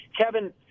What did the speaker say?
Kevin